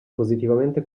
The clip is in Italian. positivamente